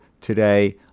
today